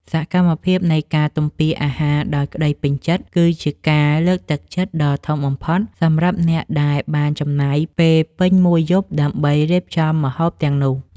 សកម្មភាពនៃការទំពារអាហារដោយក្តីពេញចិត្ត គឺជាការលើកទឹកចិត្តដ៏ធំបំផុតសម្រាប់អ្នកដែលបានចំណាយពេលពេញមួយយប់ដើម្បីរៀបចំម្ហូបទាំងនោះ។